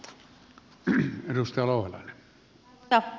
arvoisa puhemies